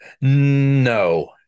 No